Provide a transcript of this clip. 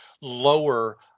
lower